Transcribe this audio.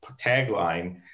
tagline